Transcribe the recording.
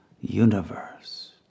universe